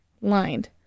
Lined